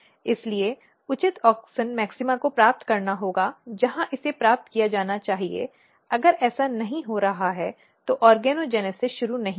इसलिए उचित auxin maxima को प्राप्त करना होगा जहां इसे प्राप्त किया जाना चाहिए अगर ऐसा नहीं हो रहा है तो ऑर्गोजेनेसिस शुरू नहीं होगा